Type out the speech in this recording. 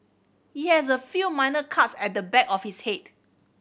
he has a few minor cuts at the back of his head